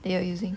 they are using